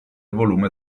volume